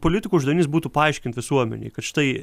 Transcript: politikų uždavinys būtų paaiškint visuomenei kad štai